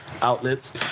Outlets